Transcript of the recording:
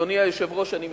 אדוני היושב-ראש, אני מסיים.